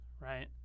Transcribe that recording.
right